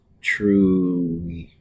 true